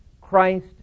Christ